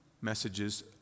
messages